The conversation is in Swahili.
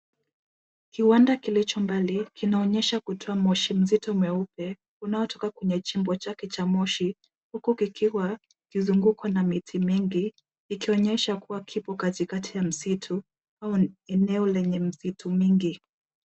Kiwanda kilicho mbali kinaonyesha kutoa moshi mzito mweupe unaotoka kwenye chimbo chake cha moshi. Huku, kikiwa kikizungukwa na miti mingi, ikionyesha kuwa kipo katikati ya msitu au eneo lenye miti mingi.